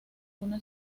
una